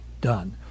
done